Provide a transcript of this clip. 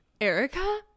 Erica